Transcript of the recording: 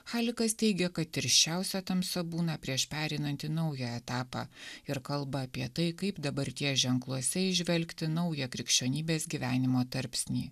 halikas teigia kad tirščiausia tamsa būna prieš pereinant į naują etapą ir kalba apie tai kaip dabarties ženkluose įžvelgti naują krikščionybės gyvenimo tarpsnį